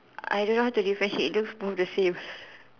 I don't know how to differentiate those look the same